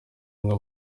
umwe